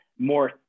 more